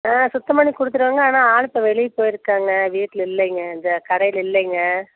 ஆ சுத்தம் பண்ணி கொடுத்துடுவோங்க ஆனால் ஆள் இப்போது வெளியே போய்ருக்காங்க வீட்டில் இல்லைங்க கடையில் இல்லைங்க